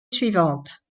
suivante